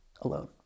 alone